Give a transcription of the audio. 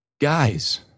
guys